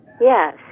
Yes